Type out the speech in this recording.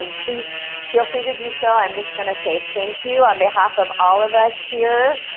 um please feel free to do so. i'm just gonna say thank you on behalf of all of us here